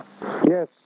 Yes